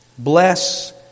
Bless